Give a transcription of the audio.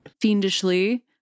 fiendishly